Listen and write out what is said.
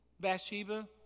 Bathsheba